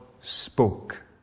spoke